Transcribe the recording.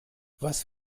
was